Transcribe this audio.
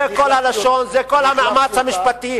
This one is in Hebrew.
זה כל הלשון, זה כל המאמץ המשפטי.